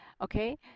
Okay